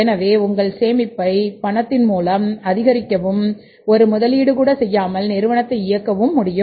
எனவே உங்கள் சேமிப்பை பணத்தின் மூலம் அதிகரிக்கவும் ஒரு முதலீடு கூட செய்யாமல் நிறுவனத்தை இயக்கவும் முடியும்